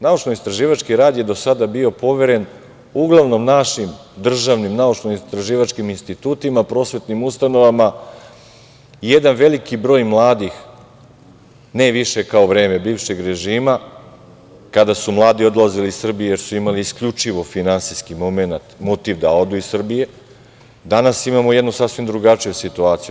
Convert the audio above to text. Naučno-istraživački rad je do sada bio poveren uglavnom našim državnim naučno-istraživačkim institutima, prosvetnim ustanovama i jedan veliki broj mladih, ne više kao vreme bivšeg režima, kada su mladi odlazili iz Srbije, jer su imali isključivo finansijski momenat, motiv da odu iz Srbije, danas imamo jednu sasvim drugačiju situaciju.